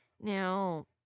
Now